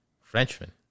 Frenchman